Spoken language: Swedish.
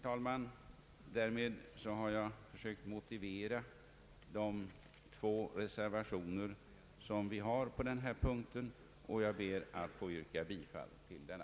Därmed, herr talman, har jag försökt att motivera de två reservationer som vi har på denna punkt och jag ber att få yrka bifall till dessa.